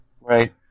Right